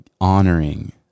honoring